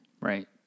Right